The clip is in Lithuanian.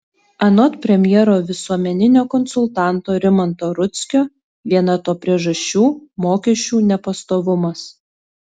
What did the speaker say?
anot premjero visuomeninio konsultanto rimanto rudzkio viena to priežasčių mokesčių nepastovumas